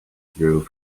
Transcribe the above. through